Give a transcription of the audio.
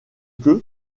que